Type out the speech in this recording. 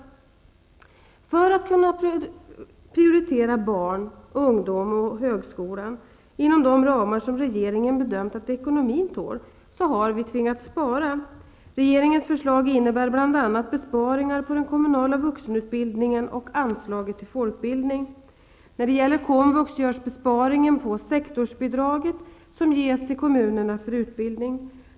För att kunna prioritera barn, ungdom och högskola inom de ramar som regeringen bedömt att ekonomin tål, har vi tvingats spara. Regeringens förslag innebär bl.a. besparingar på den kommunala vuxenutbildningen och anslaget till folkbildning. När det gäller komvux görs besparingen på sektorsbidraget, som ges till kommunerna för utbildning.